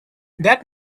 that